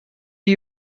die